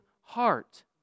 heart